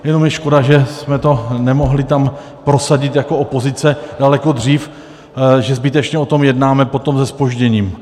Jenom je škoda, že jsme to nemohli tam prosadit jako opozice daleko dřív, že zbytečně o tom jednáme potom se zpožděním.